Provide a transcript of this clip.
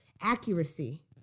accuracy